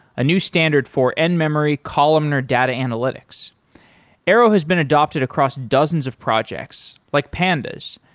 a new standard for end-memory columnar data analytics arrow has been adapted across dozens of projects, like pandas,